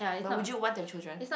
but would you want a children